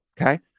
okay